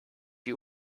you